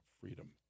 Freedom